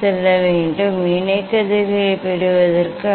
செல்ல வேண்டும் இணை கதிர்களைப் பெறுவதற்கு